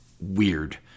weird